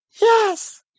Yes